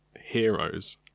heroes